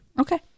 Okay